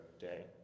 day